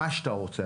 מה שאתה רוצה,